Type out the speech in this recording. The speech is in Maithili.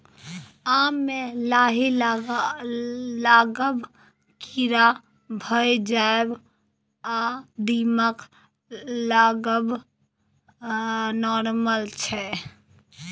आम मे लाही लागब, कीरा भए जाएब आ दीमक लागब नार्मल छै